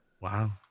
Wow